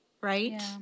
right